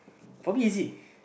probably easy